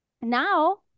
now